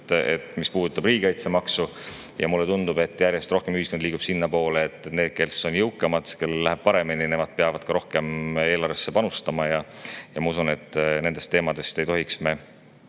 mis puudutab riigikaitsemaksu. Ja mulle tundub, et järjest rohkem ühiskond liigub sinnapoole, et need, kes on jõukamad, kellel läheb paremini, peavad ka rohkem eelarvesse panustama. Ma usun, et me ei tohiks